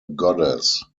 goddess